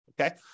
okay